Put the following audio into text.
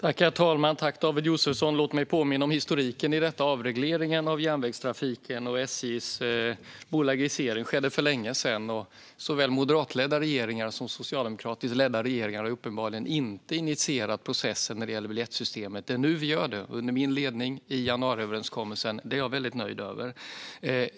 Herr talman! Låt mig påminna om historiken i avregleringen av järnvägstrafiken och SJ:s bolagisering, David Josefsson. Det skedde för länge sedan. Såväl moderatledda som socialdemokratiskt ledda regeringar har uppenbarligen inte initierat processen när det gäller biljettsystemet. Det är nu vi gör det, under min ledning, i januariöverenskommelsen. Det är jag nöjd med.